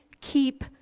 keep